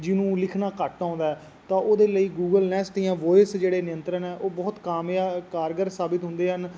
ਜਿਹਨੂੰ ਲਿਖਣਾ ਘੱਟ ਆਉਂਦਾ ਤਾਂ ਉਹਦੇ ਲਈ ਗੂਗਲ ਨੈਸਟ ਜਾਂ ਵੋਇਸ ਜਿਹੜੇ ਨਿਯੰਤਰਣ ਆ ਉਹ ਬਹੁਤ ਕਾਮਯਾਬ ਕਾਰਗਰ ਸਾਬਤ ਹੁੰਦੇ ਹਨ